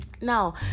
now